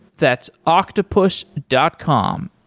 that's octopus dot com,